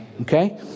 okay